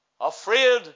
Afraid